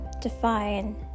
define